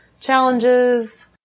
challenges